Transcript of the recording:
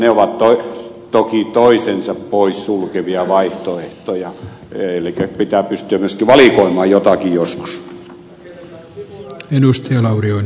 ne ovat toki toisensa pois sulkevia vaihtoehtoja elikkä pitää pystyä myöskin valikoimaan jotakin joskus